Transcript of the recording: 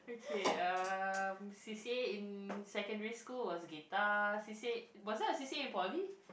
okay um C_C_A in secondary school was guitar C_C_A was there C_C_A in poly